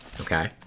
Okay